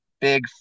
big